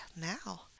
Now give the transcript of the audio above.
now